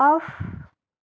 off